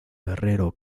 guerrero